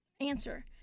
answer